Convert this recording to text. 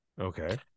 Okay